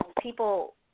people –